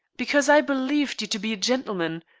because i believed you to be a gentleman.